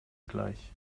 gleich